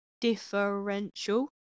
differential